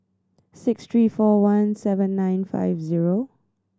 six three four one seven nine five zero